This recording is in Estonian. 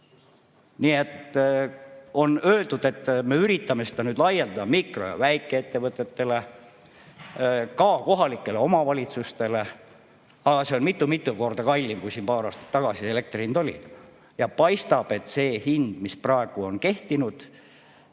puhul. On öeldud, et me üritame seda nüüd laiendada mikro‑ ja väikeettevõtetele, ka kohalikele omavalitsustele, aga see on mitu-mitu korda kallim, kui siin paar aastat tagasi elektri hind oli. Ja paistab, et see hind, mis praegu on kehtinud